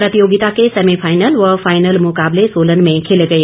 प्रतियोगिता के सेमीफाइनल व फाइनल मुकाबले सोलन में खेले गए